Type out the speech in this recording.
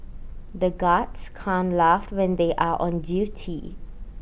the guards can't laugh when they are on duty